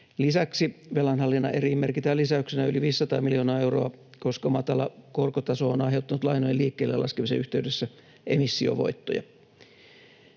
Lisäksi velanhallinnan eriin merkitään lisäyksenä yli 500 miljoonaa euroa, koska matala korkotaso on aiheuttanut lainojen liikkeelle laskemisen yhteydessä emissiovoittoja.